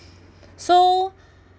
so